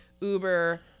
uber